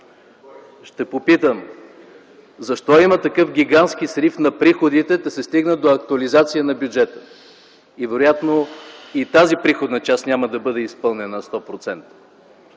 Ще попитам: защо има такъв гигантски срив на приходите, та се стигна до актуализация на бюджета? Вероятно и тази приходна част няма да бъде изпълнена на 100%.